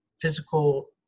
physical